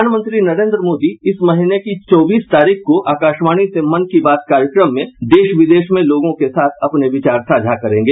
प्रधानमंत्री नरेन्द्र मोदी इस महीने की चौबीस तारीख को आकाशवाणी से मन की बात कार्यक्रम में देश विदेश में लोगों के साथ अपने विचार साझा करेंगे